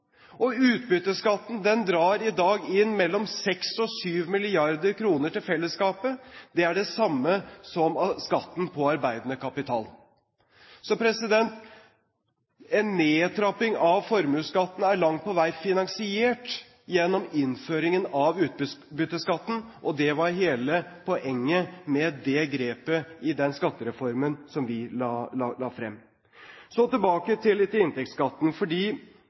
Utbytteskatten drar i dag inn mellom 6 mrd. kr og 7 mrd. kr til fellesskapet. Det er det samme som skatten på arbeidende kapital. Så en nedtrapping av formuesskatten er langt på vei finansiert gjennom innføringen av utbytteskatten. Det var hele poenget med det grepet i den skattereformen som vi la frem. Jeg må ta en ting til når det gjelder formuesskatten, fordi